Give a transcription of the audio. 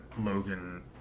Logan